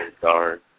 darn